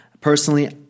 Personally